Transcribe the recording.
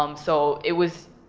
um so it was,